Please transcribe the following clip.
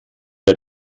der